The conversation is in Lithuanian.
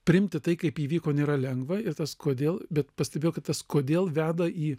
priimti tai kaip įvyko nėra lengva ir tas kodėl bet pastebėjau kad tas kodėl veda į